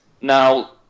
Now